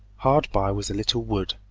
hard by was a little wood,